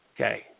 Okay